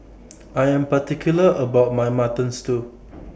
I Am particular about My Mutton Stew